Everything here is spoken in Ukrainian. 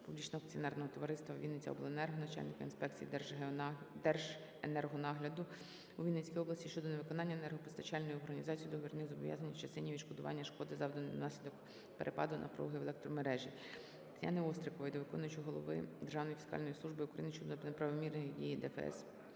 Публічного акціонерного товариства "Вінницяобленерго", начальника інспекції Держенергонагляду у Вінницькій області щодо невиконання енергопостачальною організацією договірних зобов'язань в частині відшкодування шкоди, завданої внаслідок перепаду напруги в електромережі. Тетяни Острікової до виконуючого обов'язки голови Державної фіскальної служби України щодо неправомірних дій ДФС